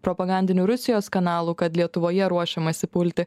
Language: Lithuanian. propagandinių rusijos kanalų kad lietuvoje ruošiamasi pulti